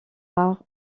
rare